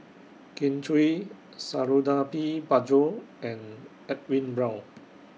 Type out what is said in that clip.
Kin Chui Suradi Parjo and Edwin Brown